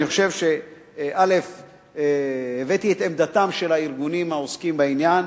אני חושב שהבאתי את עמדתם של הארגונים העוסקים בעניין,